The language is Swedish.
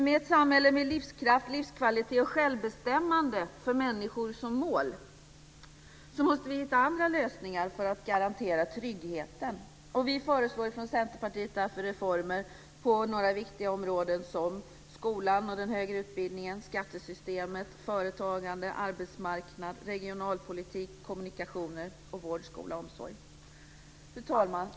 Med ett samhälle med livskraft, livskvalitet och självbestämmande som mål för människorna, måste vi hitta andra lösningar för att garantera tryggheten. Vi föreslår därför från Centerpartiets sida reformer på några viktiga områden: skolan och den högre utbildningen, skattesystemet, företagande, arbetsmarknaden, regionalpolitiken och kommunikationerna och vården, skolan och omsorgen. Fru talman!